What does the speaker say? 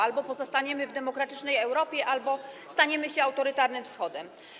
Albo pozostaniemy w demokratycznej Europie, albo staniemy się autorytarnym Wschodem.